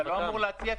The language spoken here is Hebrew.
אתה לא אמור להציע,